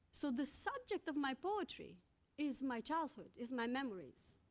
so, the subject of my poetry is my childhood, is my memories.